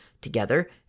together